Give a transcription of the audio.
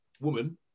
woman